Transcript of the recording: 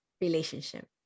relationship